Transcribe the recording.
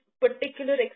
particular